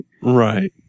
Right